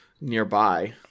nearby